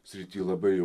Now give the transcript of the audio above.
srity labai jau